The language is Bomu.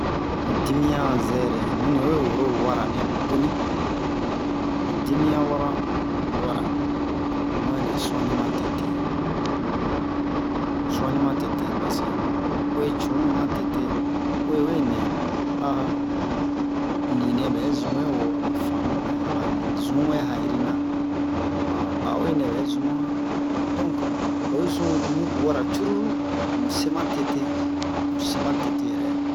wo dimiɲan yɛrɛ nunɛ we woro wara nɛ boni wo dimiɲan wian wara mu ɛnɛ su'anni matete su'anni matete paseke u'e cunumi matete u'e we nɛ ninɛ bɛ zunwɛ wo aba faamu wɛ aba zun wɛ ha'irinan a u'enɛ bɛ zun muhan donc oyi zun wara curulu mu se matete mu se matete yɛrɛ